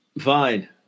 Fine